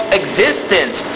existence